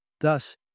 Thus